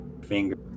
finger